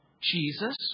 Jesus